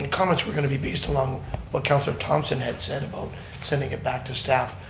and comments were going to be based along what councillor thomsen had said about sending it back to staff.